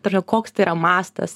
ta prasme koks tai yra mastas